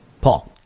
Paul